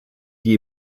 die